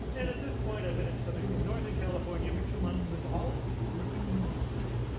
and at this point, i've been in southern northern california for two months, and this all seems perfectly normal to me.